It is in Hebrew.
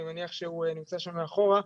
אני מניח שהוא נמצא שם מאחורה.